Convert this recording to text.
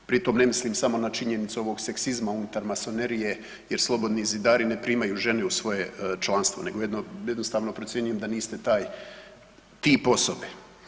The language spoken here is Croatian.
Pri tom ne mislim samo na činjenicu ovog seksizma unutar masonerije jer slobodni zidari ne primaju žene u svoje članstvo nego jednostavno procjenjuju da niste taj tip osobe.